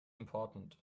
important